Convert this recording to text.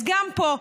אז גם פה,